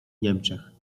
niemczech